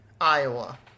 Iowa